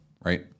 right